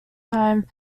time